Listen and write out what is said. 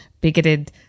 bigoted